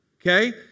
Okay